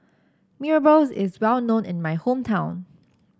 Mee Rebus is well known in my hometown